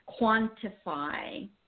quantify